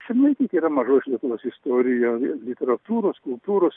simonaitytė yra mažos lietuvos istorijoj literatūros kultūros